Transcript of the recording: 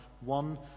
one